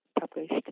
published